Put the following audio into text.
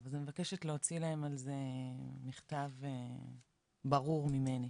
אני מבקשת להוציא להם על זה מכתב ברור ממני